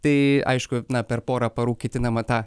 tai aišku na per porą parų ketinama tą